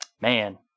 Man